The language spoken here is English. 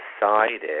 decided